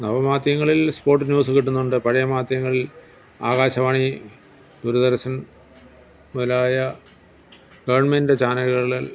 നവ മാധ്യങ്ങളിൽ spot news കിട്ടുന്നുണ്ട് പഴയ മാധ്യങ്ങളിൽ ആകാശവാണി ദൂരദർശൻ മുതലായ ഗവൺമെൻറ്റ് ചാനലുകളിൽ